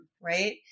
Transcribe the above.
right